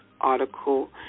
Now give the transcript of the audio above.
article